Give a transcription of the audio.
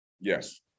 Yes